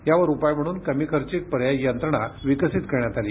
यावर उपाय म्हणून कमी खर्चिक पर्यायी यंत्रणा विकसित करण्यात आली आहे